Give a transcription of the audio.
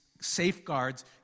safeguards